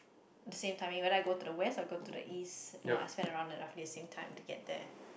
the same time when you like go to the west or go to the east you know I spend around the roughly same time to get there